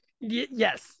Yes